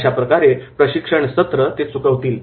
अशाप्रकारे प्रशिक्षण सत्र ते चुकवतील